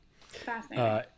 Fascinating